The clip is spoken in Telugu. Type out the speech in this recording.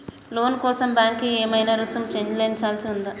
లోను కోసం బ్యాంక్ కి ఏమైనా రుసుము చెల్లించాల్సి ఉందా?